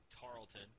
Tarleton